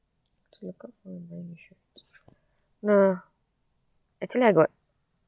to look out for in an insurance no actually I got